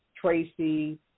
Tracy